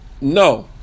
no